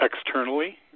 externally